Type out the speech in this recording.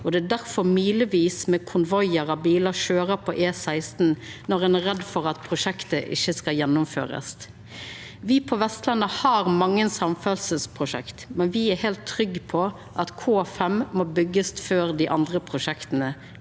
det er difor milevis med konvoiar med bilar køyrer på E16 når ein er redd for at prosjektet ikkje skal gjennomførast. Me på Vestlandet har mange samferdselsprosjekt, men me er heilt trygge på at K5 må byggjast før dei andre